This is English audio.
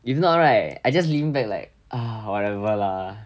if not right I just lean back like ah whatever lah